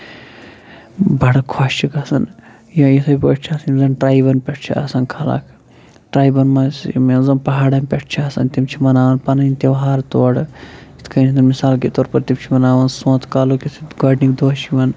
بَڑٕ خۄش چھِ گژھان یا یِتھے پٲٹھۍ چھِ آسن یِم زَن ٹرایبَن پٮ۪ٹھ چھِ آسان خلق ٹرابَن منٛز یِم زَن پہاڑَن پٮ۪ٹھ چھِ آسان تِم چھِ مَناوان پَنٕنۍ تیہار تورٕ یِتھ کٔنتھ زَن مِثال کے طور پر تِم چھِ مَناوان سونٛتہٕ کالُک یتھۍ گۄڈٕنِک دۄہ چھِ یِوان